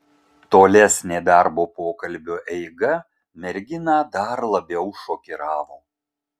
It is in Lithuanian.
tolesnė darbo pokalbio eiga merginą dar labiau šokiravo